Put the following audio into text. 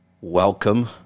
Welcome